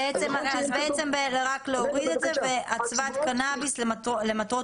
בעצם רק להוריד את זה ולכתוב: אצוות קנאביס למטרות